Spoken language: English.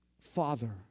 Father